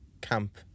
camp